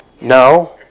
No